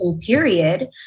period